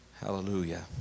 Hallelujah